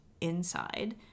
inside